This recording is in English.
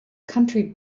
country